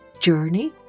Journey